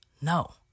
no